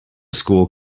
school